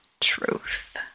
truth